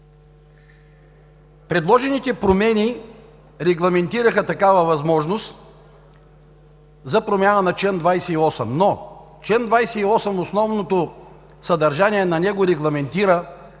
Предложените промени регламентираха такава възможност за промяна на чл. 28, но основното съдържание на чл. 28 регламентира